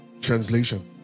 Translation